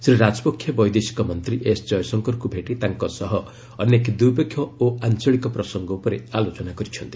ଶ୍ରୀ ରାଜପକ୍ଷେ ବୈଦେଶିକ ମନ୍ତ୍ରୀ ଏସ୍ ଜୟଶଙ୍କରଙ୍କୁ ଭେଟି ତାଙ୍କ ସହ ଅନେକ ଦ୍ୱିପକ୍ଷିୟ ଓ ଆଞ୍ଚଳିକ ପ୍ରସଙ୍ଗ ଉପରେ ଆଲୋଚନା କରିଛନ୍ତି